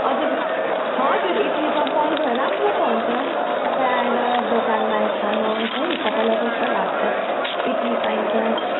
अझै हजुर इडली पनि पाउँछ राम्रो पाउँछ तपाईँ आएर दोकानमा खानुहोस् है तपाईँलाई कस्तो लाग्छ इडली पाइन्छ